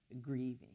grieving